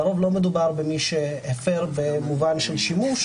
לרוב לא מדובר במי שהפר במובן של שימוש,